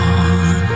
on